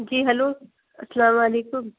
جی hello السلام علیکم